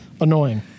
annoying